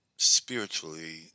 spiritually